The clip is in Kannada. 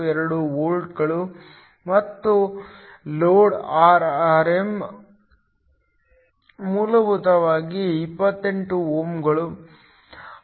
42 ವೋಲ್ಟ್ಗಳು ಮತ್ತು ಲೋಡ್ Rm ಮೂಲಭೂತವಾಗಿ 28 ಓಮ್ಗಳು